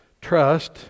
trust